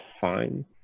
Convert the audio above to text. fine